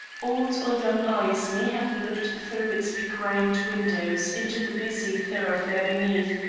old or young eyes may have looked through its begrimed windows into the busy thoroughfare beneath,